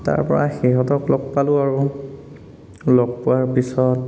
তাৰ পৰা সিহঁতক লগ পালোঁ আৰু লগ পোৱাৰ পিছত